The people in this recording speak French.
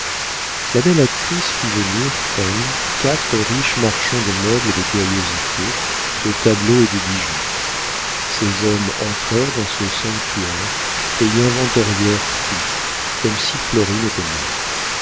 la belle actrice fit venir elle quatre riches marchands de meubles de curiosités de tableaux et de bijoux ces hommes entrèrent dans ce sanctuaire et y inventorièrent tout comme si florine était morte